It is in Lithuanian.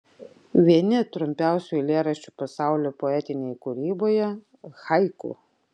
vieni trumpiausių eilėraščių pasaulio poetinėje kūryboje haiku